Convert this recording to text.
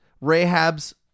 Rahab's